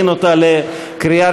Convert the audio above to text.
לסכם בבקשה.